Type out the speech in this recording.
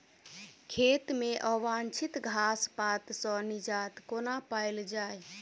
खेत मे अवांछित घास पात सऽ निजात कोना पाइल जाइ?